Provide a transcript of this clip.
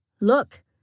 Look